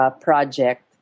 project